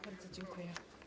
Bardzo dziękuję.